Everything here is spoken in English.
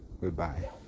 Goodbye